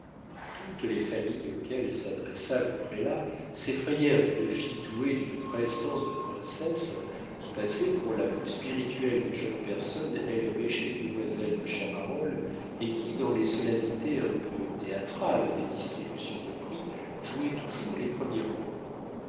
toutes les familles auxquelles s'adressa le prélat s'effrayèrent d'une fille douée d'une prestance de princesse qui passait pour la plus spirituelle des jeunes personnes élevées chez les demoiselles de chamarolles et qui dans les solennités un peu théâtrales des distributions de prix jouait toujours les premiers rôles